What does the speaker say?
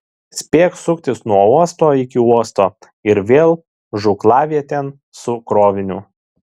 spėk suktis nuo uosto iki uosto ir vėl žūklavietėn su kroviniu